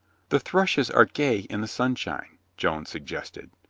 the thrushes are gay in the sunshine, joan suggested.